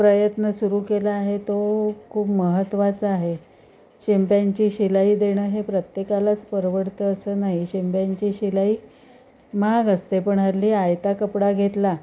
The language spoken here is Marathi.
प्रयत्न सुरू केला आहे तो खूप महत्त्वाचा आहे शिंप्यांची शिलाई देणं हे प्रत्येकालाच परवडतं असं नाही शिंप्यांची शिलाई महाग असते पण हल्ली आयता कपडा घेतला